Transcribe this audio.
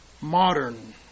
modern